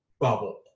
bubble